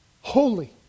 holy